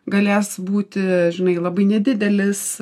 galės būti žinai labai nedidelis